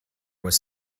was